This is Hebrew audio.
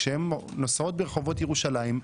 כשהן נוסעות ברחובות ירושלים,